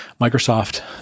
Microsoft